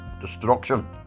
destruction